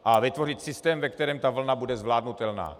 A vytvořit systém, ve kterém ta vlna bude zvládnutelná.